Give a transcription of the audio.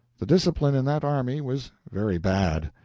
the discipline in that army was very bad.